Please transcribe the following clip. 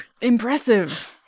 Impressive